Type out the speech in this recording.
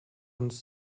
uns